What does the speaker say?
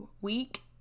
week